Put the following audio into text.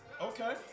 Okay